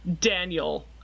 Daniel